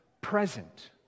present